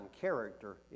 character